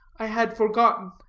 i had forgotten.